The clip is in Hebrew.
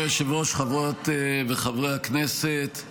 אדוני היושב-ראש, חברות וחברי הכנסת,